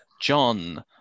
john